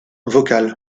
vocale